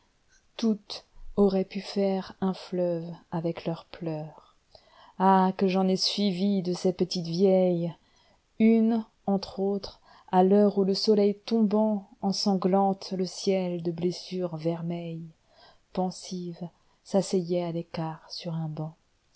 toutes auraient pu faire un fleuve avec leurs pleurs l ii ah que j'en ai suivi de ces petites vieilles une entre autres à l'heure où le soleil tombantensanglante le ciel de blessures vermeilles pensive s'asseyait à l'écart sur un banc